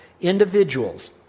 individuals